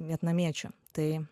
vietnamiečių tai